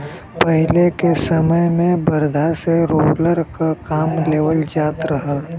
पहिले के समय में बरधा से रोलर क काम लेवल जात रहल